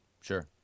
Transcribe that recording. Sure